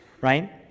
right